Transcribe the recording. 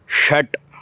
षट्